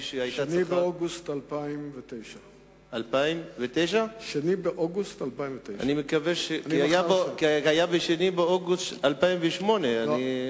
2 באוגוסט 2009. זה היה ב-2 באוגוסט 2008. לא,